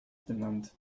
benannt